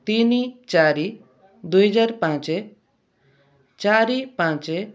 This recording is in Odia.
ତିନି ଚାରି ଦୁଇହଜାର ପାଞ୍ଚ ଚାରି ପାଞ୍ଚ